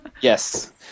Yes